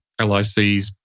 LICs